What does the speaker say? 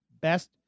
best